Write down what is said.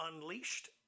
Unleashed